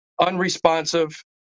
unresponsive